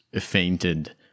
fainted